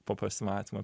po pasimatymo